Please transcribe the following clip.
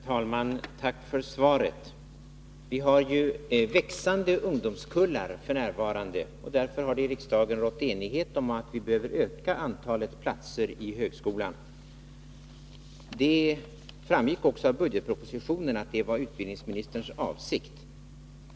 Herr talman! Eftersom Kenth Skårvik inte har möjlighet att ta emot svaret ber jag på hans vägnar att få tacka för detta. Vi har ju f. n. växande ungdomskullar, och därför har det i riksdagen rått enighet om att vi behöver öka antalet platser i högskolan. Det framgick också av budgetpropositionen att det var utbildningsministerns avsikt.